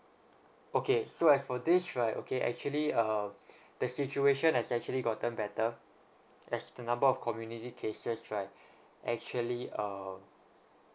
okay so as for this right okay actually uh the situation has actually gotten better as the number of community cases right actually um